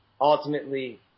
ultimately